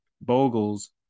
Bogles